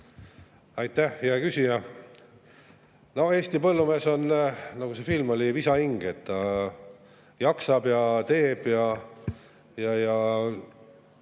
Aitäh, hea küsija! Eesti põllumees on, nagu see film oli, visa hing, ta jaksab ja teeb. Ja kuidas